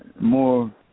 more